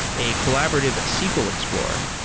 a collaborative sql explorer.